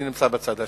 אני נמצא בצד השני.